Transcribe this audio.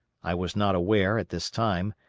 i was not aware, at this time,